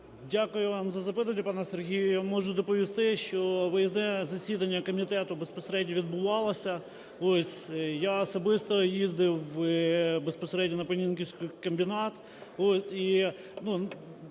Дякую вам за запитання, пане Сергію. Я можу доповісти, що виїзне засідання комітету безпосередньо відбувалося ось. Я особисто їздив на Понінківський комбінат,